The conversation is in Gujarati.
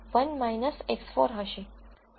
તો અહીંથી આ સુત્ર હશે